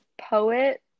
poet